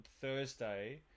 Thursday